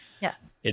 Yes